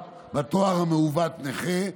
או בתואר המעוות נכה,